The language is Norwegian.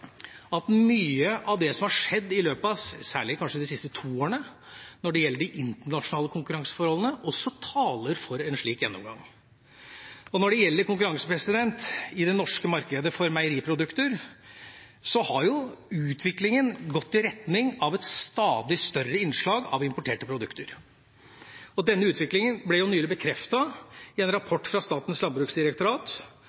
at mye av det som har skjedd i løpet av kanskje særlig de siste to årene når det gjelder de internasjonale konkurranseforholdene, også taler for en slik gjennomgang. Når det gjelder konkurranse for meieriprodukter i det norske markedet, har utviklinga gått i retning av et stadig større innslag av importerte produkter. Denne utviklinga ble nylig bekreftet i en rapport fra